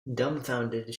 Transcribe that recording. dumbfounded